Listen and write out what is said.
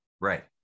Right